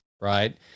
right